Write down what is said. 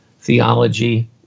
theology